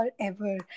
forever